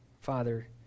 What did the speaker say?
Father